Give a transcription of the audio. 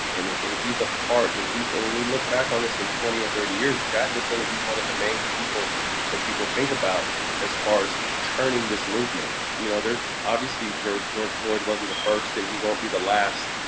and he's a part, and he's when we look back on this in twenty or thirty years, jack is gonna be one of the main people that people think about as far as turning this movement. you know, there's obviously george george floyd wasn't the first, and he won't be the last,